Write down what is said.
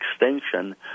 extinction